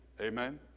amen